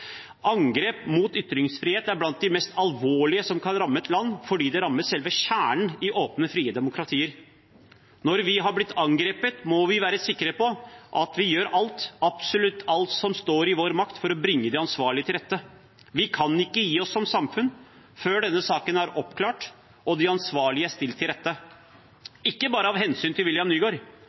Angrep mot ytringsfrihet er blant de mest alvorlige som kan ramme et land, fordi det rammer selve kjernen i åpne, frie demokratier. Når vi har blitt angrepet, må vi være sikre på at vi gjør alt – absolutt alt som står i vår makt – for å bringe de ansvarlige til rette. Vi kan ikke gi oss som samfunn før denne saken er oppklart og de ansvarlige er stilt til rette – ikke bare av hensyn til